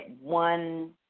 one